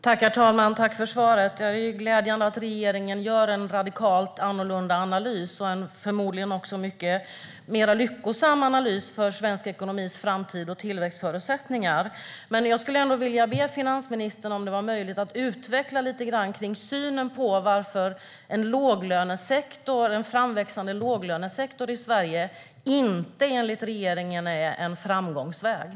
Herr talman! Jag tackar finansministern för svaret. Det är glädjande att regeringen gör en radikalt annorlunda analys och en förmodligen också mycket mer lyckosam analys för svensk ekonomis framtid och tillväxtförutsättningar. Jag vill be finansministern att utveckla lite varför en framväxande låglönesektor i Sverige inte är en framgångsväg enligt regeringen.